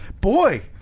Boy